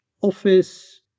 office